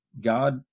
God